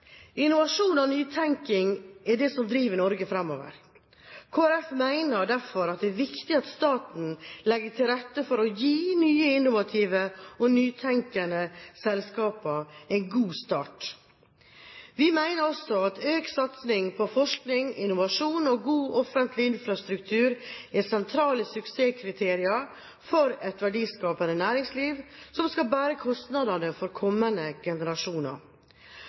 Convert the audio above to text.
Innovasjon og nytenkning er det som driver Norge fremover. Kristelig Folkeparti mener derfor at det er viktig at staten legger til rette for å gi nye innovative og nytenkende selskaper en god start. Vi mener også at økt satsing på forskning, innovasjon og god, offentlig infrastruktur er sentrale suksesskriterier for et verdiskapende næringsliv, som skal bære kostnadene for kommende generasjoner.